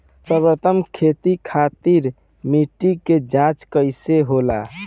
सर्वोत्तम खेती खातिर मिट्टी के जाँच कईसे होला?